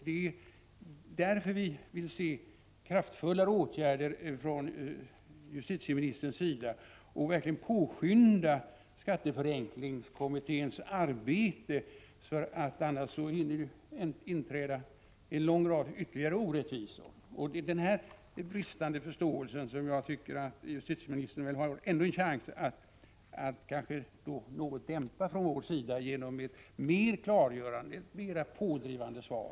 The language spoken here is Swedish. Det är därför vi vill se kraftfullare åtgärder från justitieministerns sida för att verkligen påskynda skatteförenklingskommitténs arbete. Annars hinner det inträda en lång rad ytterligare orättvisor. Justitieministern har ännu en chans att kanske något dämpa vår oro över hans bristande förståelse för dessa frågor, genom att ge ett mera pådrivande och klargörande svar.